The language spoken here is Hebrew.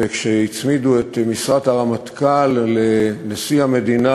וכשהצמידו את משרת הרמטכ"ל לנשיא המדינה